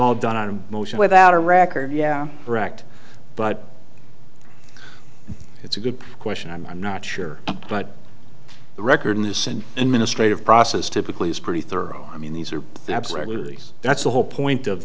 all done on a motion without a record yeah correct but it's a good question i'm not sure but the record innocent and ministry of process typically is pretty thorough i mean these are absolutely that's the whole point of